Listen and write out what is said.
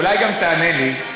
אולי גם תענה לי,